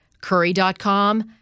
curry.com